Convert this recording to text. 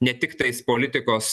ne tiktais politikos